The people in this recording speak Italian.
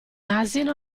asino